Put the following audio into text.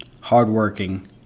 hardworking